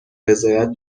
رضایت